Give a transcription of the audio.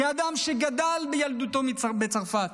כאדם שגדל בילדותו בצרפת,